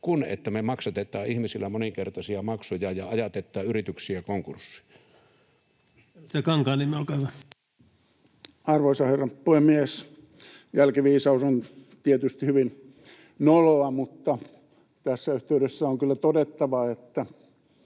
kuin että me maksatetaan ihmisillä moninkertaisia maksuja ja ajatetaan yrityksiä konkurssiin. Edustaja Kankaanniemi, olkaa hyvä. Arvoisa herra puhemies! Jälkiviisaus on tietysti hyvin noloa, mutta tässä yhteydessä on kyllä todettava, että